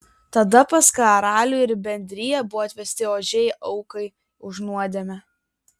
tada pas karalių ir bendriją buvo atvesti ožiai aukai už nuodėmę